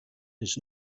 his